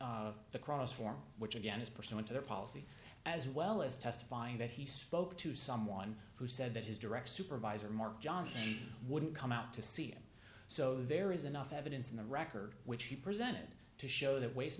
of the cross form which again is pursuant to their policy as well as testifying that he spoke to someone who said that his direct supervisor mark johnson wouldn't come out to see him so there is enough evidence in the record which he presented to show that waste